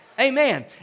Amen